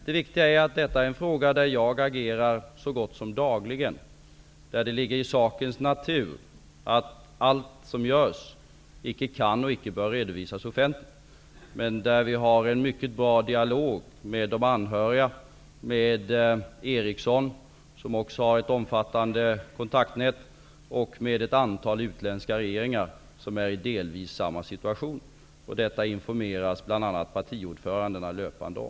Detta är en fråga där jag agerar så gott som dagligen. Det ligger i sakens natur att allt som görs icke kan och icke bör redovisas offentligt. Men vi har en mycket bra dialog med de anhöriga, med Ericsson, som också har ett omfattande kontaktnät, och med ett antal utländska regeringar, som är i delvis samma situation. Detta informeras bl.a. partiordförandena löpande om.